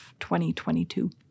2022